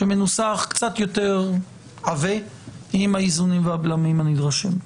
שמנוסח קצת יותר עבה עם האיזונים והבלמים הנדרשים.